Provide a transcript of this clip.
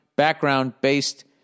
background-based